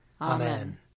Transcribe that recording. Amen